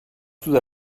sud